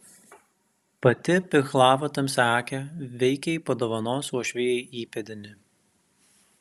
pati pihlava tamsiaakė veikiai padovanos uošvijai įpėdinį